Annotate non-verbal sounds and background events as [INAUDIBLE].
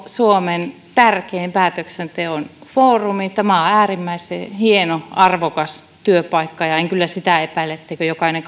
suomen tärkein päätöksenteon foorumi tämä on äärimmäisen hieno arvokas työpaikka ja en kyllä sitä epäile et teikö jokainen [UNINTELLIGIBLE]